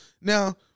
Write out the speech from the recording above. Now